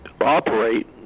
operate